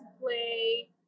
play